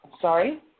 Sorry